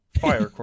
fire